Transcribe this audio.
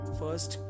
first